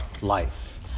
life